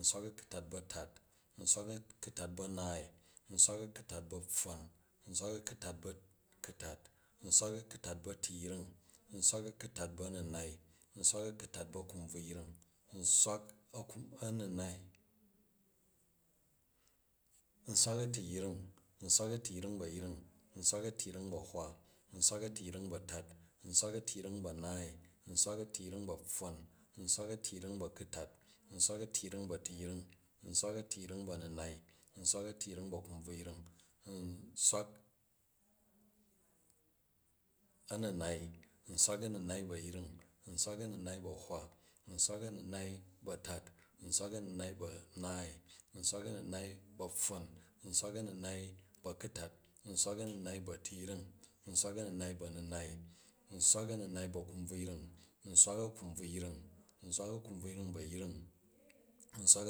Nswak a̱ku̱tat bu a̱tat, nswak a̱ku̱tat a̱naai, nswak a̱ku̱tat a̱pfwon, nswak a̱ku̱tat bu a̱ku̱tat, nswak a̱ku̱tat bu a̱tiyring, nswak a̱ku̱tat a̱minai, nswak a̱ku̱tat a̱kubvuyring, nswak aku a̱ninai, nswak a̱tiyring. Nswak a̱tiyring bu a̱yiring, nswak a̱tiyring bu a̱hwa, nswak a̱tiyring bu a̱tat, nswak a̱tiyring bu a̱naani, nswak a̱tiyring bu a̱pfwong, nswak a̱tiyring a̱ku̱tat, nswak a̱tiyring bu a̱tifring, nswak a̱tiyring bu a̱ninai, nswak a̱tiyring bu akubvuyniy nswak a̱minai. Nswak a̱ninai bu ayring, nswak a̱minai bu a̱hwa, nswak a̱minai bu atat, nswak a̱minai a̱naai, nswak a̱minai bu a̱pfwon, nswak a̱minai a̱ku̱tat, nswak a̱minai bu a̱tiyring, nswak a̱minai bu a̱minai, nswak a̱minai bu a̱ku̱bvuyring, nswak a̱kubvuyring. Nswak a̱kubvuyring, nswak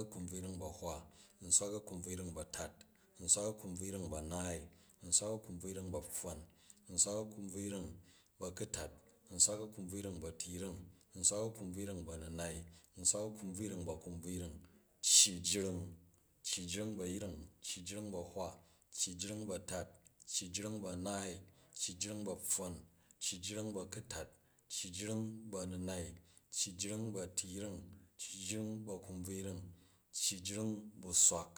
a̱kubvuyring bu a̱yring, nswak a̱kubvuyring bu a̱hwa, nswak a̱kubvuyring bu a̱naai, nswak a̱kubvuyring bu a̱pfwon, nswak a̱kubvuyring bu a̱ku̱tat, nswak a̱kubvuyring bu a̱liyring, nswak a̱kubvuyring bu a̱minai, nswak a̱kubvuyring bu a̱kubvuyring, cyi, cyi jring by ayring, cyi jring bu a̱hwa, cyi jring a̱tat, cyi jring bu a̱naai, cyi jring bu a̱pfwong, cyi jring bu a̱kutat, cyi jring bu a̱minai, cyi jring bu a̱tiyring, cyi jring bu a̱kubvuyring, cyi jring bu swak